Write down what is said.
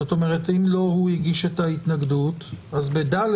זאת אומרת, אם לא הוא הגיש את ההתנגדות, אז ב-(ד)